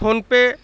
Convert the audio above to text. phone pay